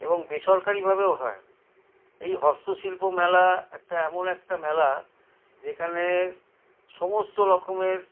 এবং বেসরকারিভাবেও হয় এই হস্তশিল্প মেলা একটা এমন একটা মেলা যেখানে সমস্ত রকমের